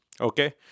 Okay